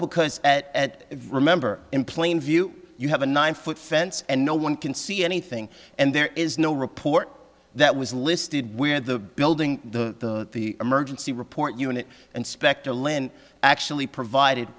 because at remember in plain view you have a nine foot fence and no one can see anything and there is no report that was listed where the building the emergency report unit and specter len actually provided